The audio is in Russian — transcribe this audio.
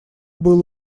было